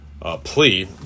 plea